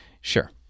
Sure